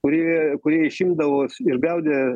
kuri kurie išimdavo išgaudė